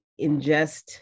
ingest